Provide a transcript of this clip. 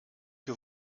que